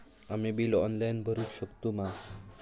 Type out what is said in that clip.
आम्ही bill online भरुक शकतू मा?